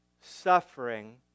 suffering